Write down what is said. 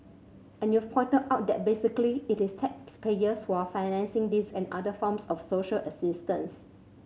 and you've pointed out that basically it is taxpayers who are financing this and other forms of social assistance